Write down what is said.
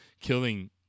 killing